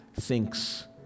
thinks